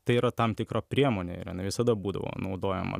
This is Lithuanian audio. tai yra tam tikra priemonė ir jinai visada būdavo naudojama